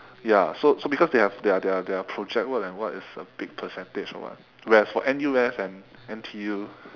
ya so so because they have their their their project work and what is a big percentage or what whereas for N_U_S and N_T_U